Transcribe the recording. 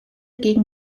gegen